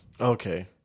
okay